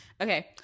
okay